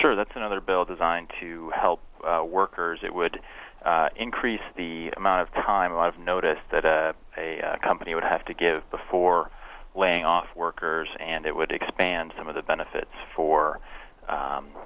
sure that's another bill designed to help workers it would increase the amount of time and i've noticed that a company would have to give before laying off workers and it would expand some of the benefits for